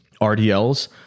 RDLs